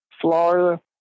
Florida